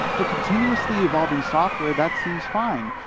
for continuously evolving software, that seems fine.